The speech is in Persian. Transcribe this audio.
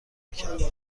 میکردم